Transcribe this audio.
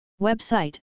Website